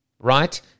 Right